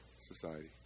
society